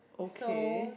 so